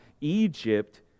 Egypt